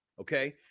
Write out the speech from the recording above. okay